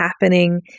happening